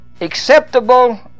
acceptable